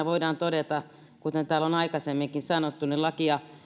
voidaan todeta kuten täällä on aikaisemminkin sanottu laki